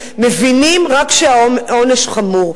מבינים רק כשהעונש חמור,